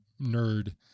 nerd